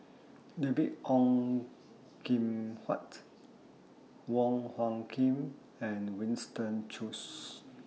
David Ong Kim Huat Wong Hung Khim and Winston Choos